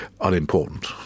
unimportant